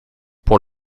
pour